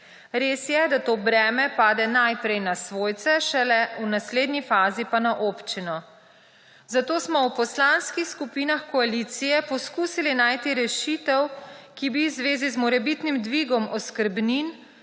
Res je, da to breme pade najprej na svojce, šele v naslednji fazi pa občino. Zato smo v poslanskih skupinah koalicije poskusili najti rešitev, ki bi v zvezi z morebitnim dvigom oskrbnin